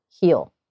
heal